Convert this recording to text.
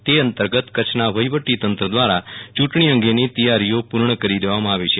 તે અંતર્ગત કચ્છના વઠ્ઠીવટી તંત્ર દ્વારા ચૂંટણી અંગેની તૈયારીઓ પૂર્ણ કરી દેવામાં આવી છે